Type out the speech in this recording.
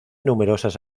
numerosas